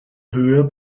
höhe